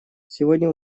сегодня